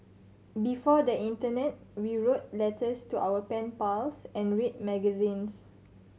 before the internet we wrote letters to our pen pals and read magazines